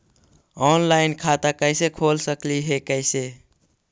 Online खाता कैसे खोल सकली हे कैसे?